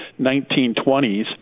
1920s